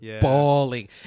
bawling